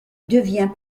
devient